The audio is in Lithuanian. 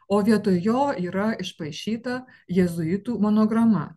o vietoj jo yra išpaišyta jėzuitų monograma